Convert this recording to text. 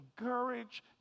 encourage